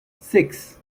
six